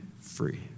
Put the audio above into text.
free